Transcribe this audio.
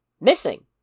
missing